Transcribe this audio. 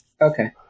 Okay